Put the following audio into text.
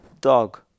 dog